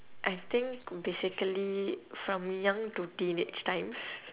I think basically from young to teenage times